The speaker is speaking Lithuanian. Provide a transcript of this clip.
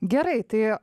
gerai tai